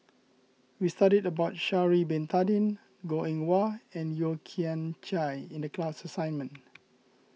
we studied about Sha'ari Bin Tadin Goh Eng Wah and Yeo Kian Chye in the class assignment